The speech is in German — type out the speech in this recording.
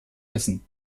essen